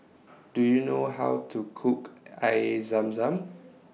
Do YOU know How to Cook Air Zam Zam